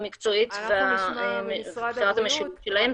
המקצועית --- והצעתם את זה גם למשרד בישראל?